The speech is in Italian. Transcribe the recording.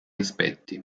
aspetti